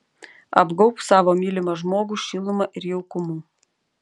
apgaubk savo mylimą žmogų šiluma ir jaukumu